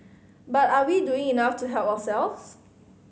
but are we doing enough to help ourselves